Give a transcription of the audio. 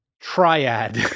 triad